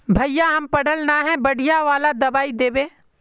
भैया हम पढ़ल न है बढ़िया वाला दबाइ देबे?